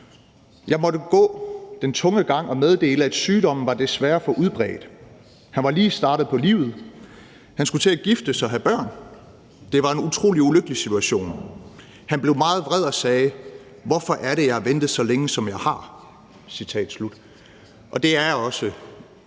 Jeg måtte gå den tunge gang og meddele, at sygdommen desværre var for udbredt. Han var lige startet på livet. Han skulle til at giftes og have børn. Det var en utrolig ulykkelig situation. Han blev meget vred og sagde: Hvorfor er det, jeg har ventet så længe, som jeg har? Det er også